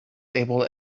able